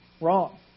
wrong